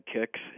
kicks